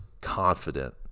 confident